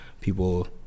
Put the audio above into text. people